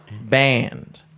band